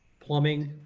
plumbing,